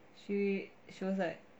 she she was like